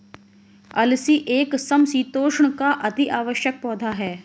अलसी एक समशीतोष्ण का अति आवश्यक पौधा है